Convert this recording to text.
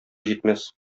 җитмәс